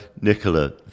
Nicola